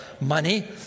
Money